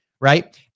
right